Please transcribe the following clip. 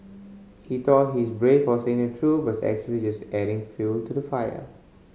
he thought he's brave for saying truth but actually just adding fuel to the fire